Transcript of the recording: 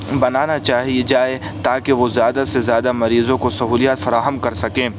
بنانا چاہی جائے تاکہ وہ زیادہ سے زیادہ مریضوں کو سہولیات فراہم کر سکیں